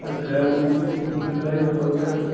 السلام علیکم و رحمۃ اللہ و برکاتہ